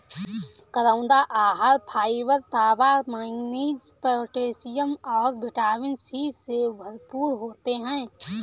करौंदा आहार फाइबर, तांबा, मैंगनीज, पोटेशियम और विटामिन सी से भरपूर होते हैं